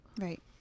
right